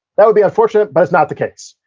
that would be unfortunate, but it's not the case.